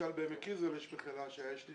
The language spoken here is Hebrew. עמק יזרעאל שיש לי